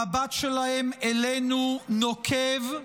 המבט שלהם אלינו נוקב.